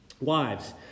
Wives